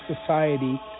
society